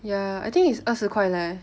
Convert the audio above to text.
ya I think it's 二十块 leh